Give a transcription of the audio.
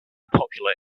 popular